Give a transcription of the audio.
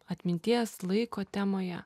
atminties laiko temoje